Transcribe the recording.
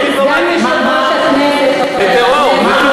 זה טרור, זה לא דיפלומטי.